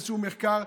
איזשהו מחקר?